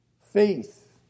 faith